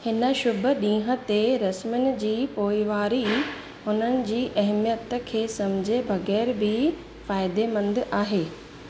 हिन शुभ डीं॒हुं ते रस्मुनि जी पोइवारी हुननि जी अहमियतु खे सम्झे बगै़रु बि फ़ाइदेमंदि आहे